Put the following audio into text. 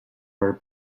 her